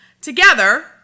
Together